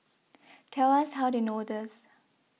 tell us how they know this